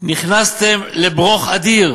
נכנסתם ל"ברוֹך" אדיר.